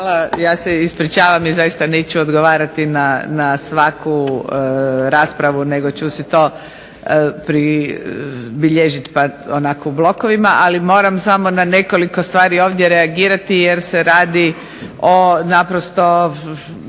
Hvala. Ja se ispričavam i zaista neću odgovarati na svaku raspravu nego ću si to pribilježiti pa onako u blokovima. Ali moramo samo na nekoliko stvari ovdje reagirati jer se radi o naprosto